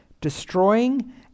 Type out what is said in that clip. destroying